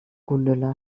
gundula